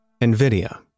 NVIDIA